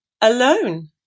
alone